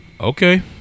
Okay